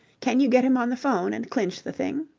can you get him on the phone and clinch the thing?